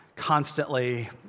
constantly